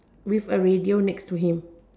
with a radio next to him